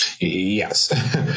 Yes